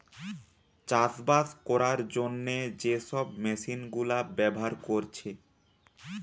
চাষবাস কোরার জন্যে যে সব মেশিন গুলা ব্যাভার কোরছে